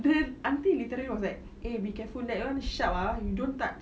the auntie literally was like eh be careful that one sharp ah you don't touch